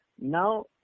Now